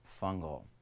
fungal